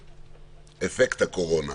התשפ"א-2021.